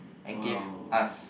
and give us